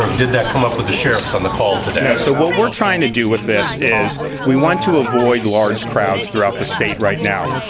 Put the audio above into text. did that come up with the sheriffs on the call? no so what we're trying to do with this is we want to avoid large crowds throughout the state right now.